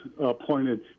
appointed